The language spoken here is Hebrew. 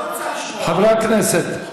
חברי הכנסת,